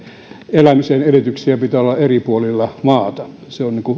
elämisen edellytyksiä pitää olla eri puolilla maata se on